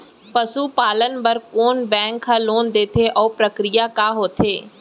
पसु पालन बर कोन बैंक ह लोन देथे अऊ प्रक्रिया का होथे?